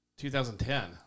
2010